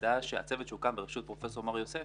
הצוות שהוקם בראשות פרופסור מור יוסף